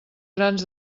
grans